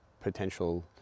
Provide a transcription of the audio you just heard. potential